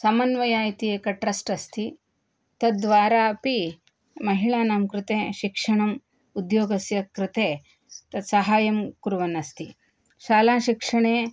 समन्वयः इति एकं ट्रस्ट् अस्ति तद्द्वारा अपि महिलानां कृते शिक्षणम् उद्योगस्य कृते तत् साहाय्यं कुर्वन् अस्ति शालाशिक्षणे